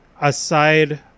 aside